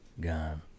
Gone